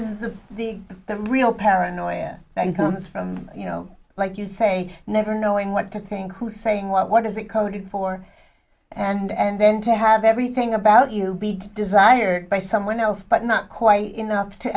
is the real paranoia and comes from you know like you say never knowing what to think who saying what what is it coded for and then to have everything about you be desired by someone else but not quite enough to